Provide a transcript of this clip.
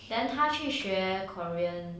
then 他去学 korean